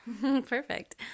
Perfect